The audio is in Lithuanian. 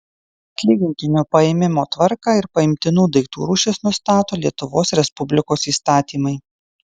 atlygintinio paėmimo tvarką ir paimtinų daiktų rūšis nustato lietuvos respublikos įstatymai